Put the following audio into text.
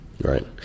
Right